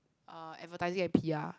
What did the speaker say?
uh advertising and p_r